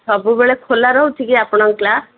ସବୁବେଳେ ଖୋଲା ରହୁଛି କି ଆପଣଙ୍କ କ୍ଲାସ୍